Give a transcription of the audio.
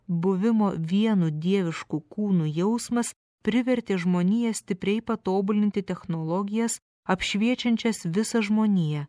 buvimo vienu dievišku kūnu jausmas privertė žmoniją stipriai patobulinti technologijas apšviečiančias visą žmoniją